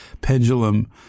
pendulum